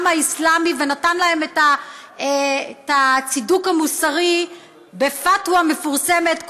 האסלאמי ונתן להם את הצידוק המוסרי בפתווה מפורסמת,